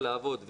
וזה לעבוד.